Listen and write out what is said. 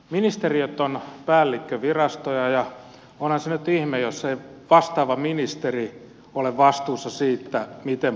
ministeriöt ovat päällikkövirastoja ja onhan se nyt ihme jos ei vastaava ministeri ole vastuussa siitä miten puolustusvoimauudistus on mennyt